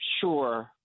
sure